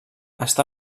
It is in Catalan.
està